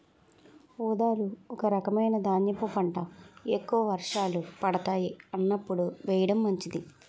ఊదలు ఒక రకమైన ధాన్యపు పంట, ఎక్కువ వర్షాలు పడతాయి అన్నప్పుడు వేయడం మంచిది